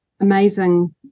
amazing